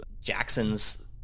Jackson's